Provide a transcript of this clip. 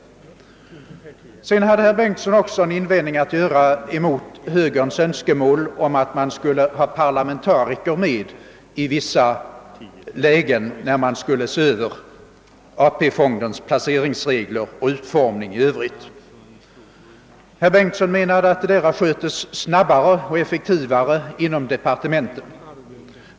Sedan hade herr Bengtsson en invändning att göra mot högerns önskemål, att man skulle ha parlamentariker med när det gällde att se över AP-fondernas uppbyggnadstakt och utformning i Öövrigt. Herr Bengtsson ansåg att den översynen sköts snabbare och effektivare inom departementet.